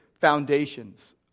foundations